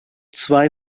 zwei